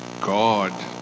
God